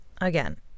again